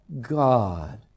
God